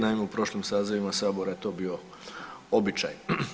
Naime, u prošlim sazivima sabora je to bio običaj.